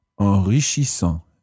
enrichissant